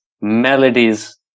melodies